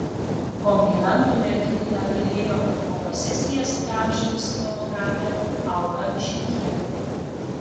komplimentų merginai negailėjo ir fotosesijas įamžinusi fotografė aura šimkienė